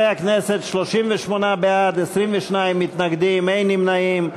חברי הכנסת, 38 בעד, 22 מתנגדים, אין נמנעים.